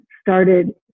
started